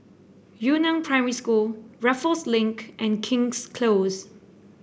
Yu Neng Primary School Raffles Link and King's Close